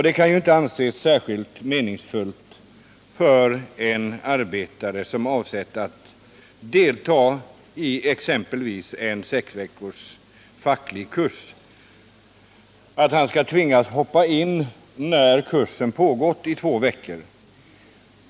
Det kan inte anses särskilt meningsfullt för en arbetare, som avsett att delta i en sex veckors facklig kurs, att hoppa in när kursen pågått i två veckor.